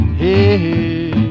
hey